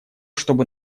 чтобы